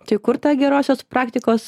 tai kur tą gerosios projekte